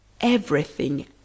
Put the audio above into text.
Everything